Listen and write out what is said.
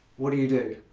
what do you do?